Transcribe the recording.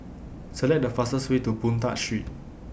Select The fastest Way to Boon Tat Street